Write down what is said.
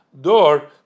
door